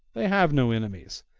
they have no enemies,